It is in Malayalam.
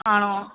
ആണോ